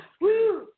Woo